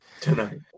Tonight